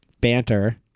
banter